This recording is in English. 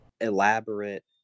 elaborate